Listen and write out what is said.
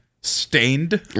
Stained